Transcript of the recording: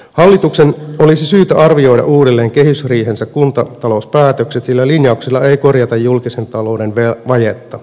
hallituksen olisi syytä arvioida uudelleen kehysriihensä kuntatalouspäätökset sillä linjauksilla ei korjata julkisen talouden vajetta